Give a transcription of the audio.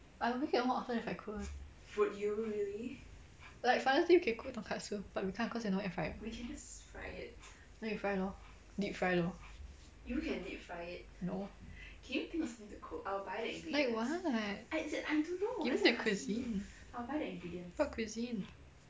I would make it more often if I could like father's day we can cook tonkatsu but we can't cause we no air fryer then you fry lor deep fry lor no what you want give me the cuisine what cuisine